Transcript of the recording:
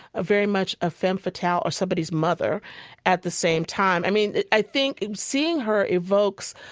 a very much, a femme fatale or somebody's mother at the same time. i mean, i think seeing her evokes,